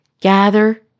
gather